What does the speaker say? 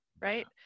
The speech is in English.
right